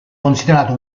considerato